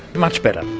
much better.